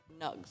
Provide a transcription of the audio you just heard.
nugs